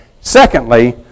Secondly